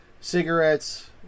cigarettes